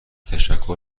تشکر